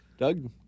Doug